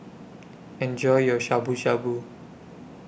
Enjoy your Shabu Shabu